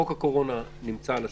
חוק הקורונה נמצא על השולחן,